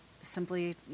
simply